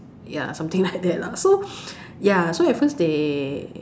ya something like that lah so ya so at first they